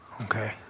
Okay